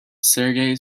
sergei